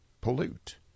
pollute